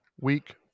week